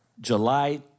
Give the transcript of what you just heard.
July